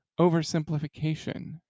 oversimplification